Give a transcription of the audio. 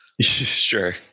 Sure